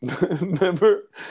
remember